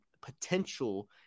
potential